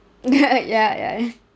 ya ya